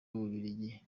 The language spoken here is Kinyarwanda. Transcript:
w’ububiligi